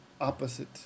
opposite